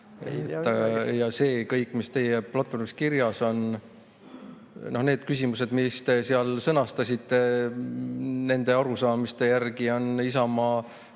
Ja see kõik, mis teie platvormis kirjas on, need küsimused, mis te seal sõnastasite – nende arusaamiste järgi on Isamaa